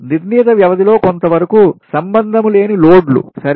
నిర్ణీత వ్యవధిలో కొంతవరకు సంబంధం లేని లోడ్లు సరే